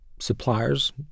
suppliers